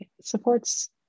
supports